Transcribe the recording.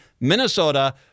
Minnesota